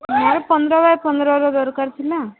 ମୋର ପନ୍ଦର ବାଇ ପନ୍ଦରର ଦରକାର ଥିଲା